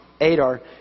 Adar